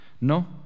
No